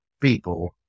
people